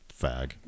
fag